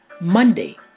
Monday